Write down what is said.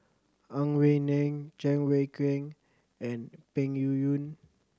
Ang Wei Neng Cheng Wai Keung and Peng Yuyun